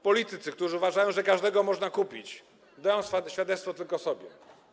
Politycy, którzy uważają, że każdego można kupić, dają świadectwo tylko sobie.